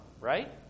right